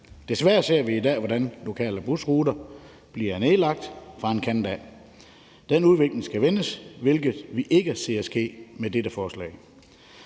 Desværre ser vi i dag, hvordan lokale busruter bliver nedlagt fra en kant af. Den udvikling skal vendes, hvilket vi ikke ser ske med dette forslag.